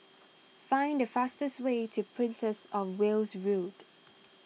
find the fastest way to Princess of Wales Road